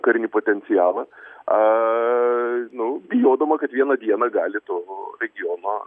karinį potencialą a nu bijodama kad vieną dieną gali to regiono